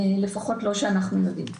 לפחות לא שאנחנו יודעים.